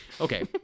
Okay